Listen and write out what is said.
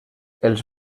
els